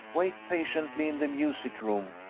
wait patiently in the music-room,